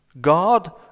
God